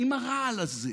נגד.